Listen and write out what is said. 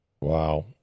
Wow